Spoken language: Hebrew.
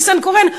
ניסנקורן,